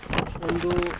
ಒಂದು